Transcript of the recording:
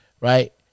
Right